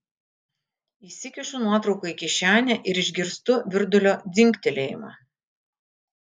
įsikišu nuotrauką į kišenę ir išgirstu virdulio dzingtelėjimą